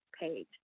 page